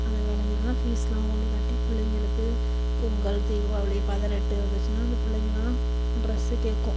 அது விளைஞ்சு தான் ஃபீஸ் எல்லாம் கொண்டி கட்டி பிள்ளைங்களுக்கு பொங்கல் தீபாவளி பதினெட்டு வந்துச்சுன்னா அந்த பிள்ளைங்கள்லாம் ட்ரெஸ்ஸு கேட்கும்